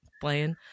playing